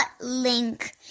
link